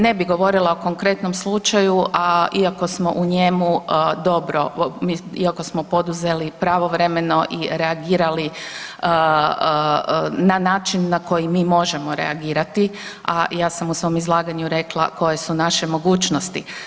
Ne bih govorila o konkretnom slučaju, a iako smo u njemu dobro, iako smo poduzeli pravovremeno i reagirali na način na koji mi možemo reagirati, a ja sam u svom izlaganju rekla koje su naše mogućnosti.